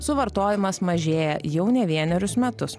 suvartojimas mažėja jau ne vienerius metus